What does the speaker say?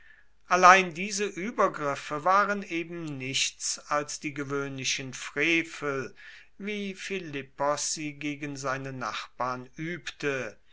allein diese uebergriffe waren eben nichts als die gewoehnlichen frevel wie philippos sie gegen seine nachbarn uebte